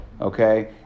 okay